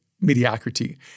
mediocrity